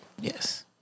Yes